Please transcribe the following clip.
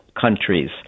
countries